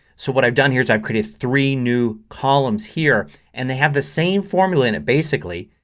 so what i've done here is i've created three new columns here and they have the same formula in it basically.